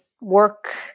work